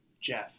Jeff